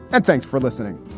and thanks for listening